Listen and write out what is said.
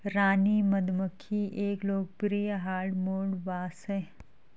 रानी मधुमक्खी एक लोकप्रिय प्री हार्डमोड बॉस है